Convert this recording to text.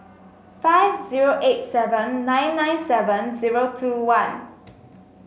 five zero eight seven nine nine seven zero two one